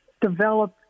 develop